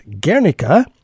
Guernica